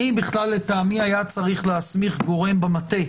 לטעמי בכלל היה צריך להסמיך גורם במטה,